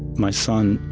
my son,